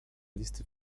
listy